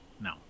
No